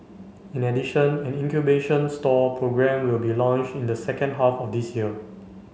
in addition an incubation stall programme will be launched in the second half of this year